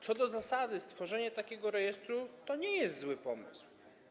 Co do zasady, stworzenie takiego rejestru to nie jest zły pomysł.